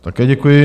Také děkuji.